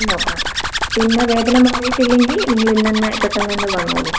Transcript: നോക്കണം പിന്നെ വേദന മാറിയിട്ടില്ലെങ്കിൽ നിങ്ങൾ ഇന്ന് തന്നെ പെട്ടെന്ന് തന്നെ വന്നോളു